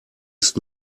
ist